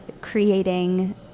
creating